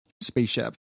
spaceship